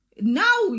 now